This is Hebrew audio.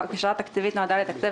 הבקשה התקציבית נועדה לתקצב